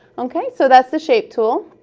okay? so that's the shape tool.